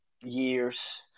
years